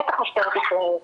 בטח משטרת ישראל.